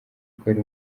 ikora